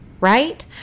right